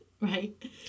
right